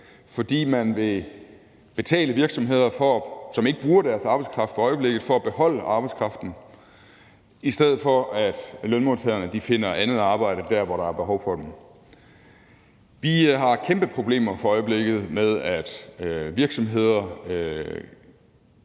fordi man vil betale virksomheder, som ikke bruger deres arbejdskraft for øjeblikket, for at beholde arbejdskraften, i stedet for at lønmodtagerne finder andet arbejde der, hvor der er behov for dem. Vi har for øjeblikket kæmpeproblemer med, at virksomheder